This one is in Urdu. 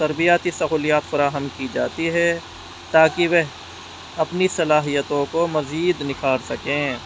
تربیتی سہولیات فراہم کی جاتی ہے تاکہ وہ اپنی صلاحیتوں کو مزید نکھار سکیں